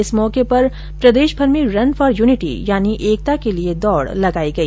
इस मौके पर प्रदेशभर में रन फोर यूनिटी यानी एकता के लिये दौड लगाई गई